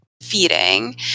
feeding